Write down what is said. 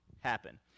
happen